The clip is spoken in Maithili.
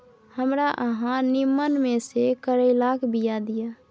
हमरा अहाँ नीमन में से करैलाक बीया दिय?